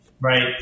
Right